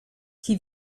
qui